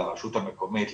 לרשות המקומית,